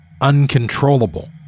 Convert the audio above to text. uncontrollable